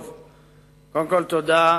קודם כול, תודה.